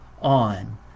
on